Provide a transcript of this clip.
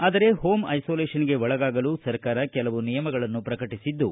ಆದರೆ ಹೋಂ ಐಸೋಲೇಶನ್ಗೆ ಒಳಗಾಗಲು ಸರ್ಕಾರ ಕೆಲವು ನಿಯಮಗಳನ್ನು ಪ್ರಕಟಿಸಿದ್ದು